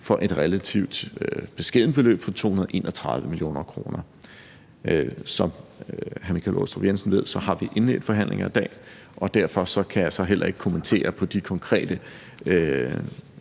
for et relativt beskedent beløb på 231 mio. kr. Som hr. Michael Aastrup Jensen ved, har vi indledt forhandlinger i dag, og derfor kan jeg heller ikke kommentere på de konkrete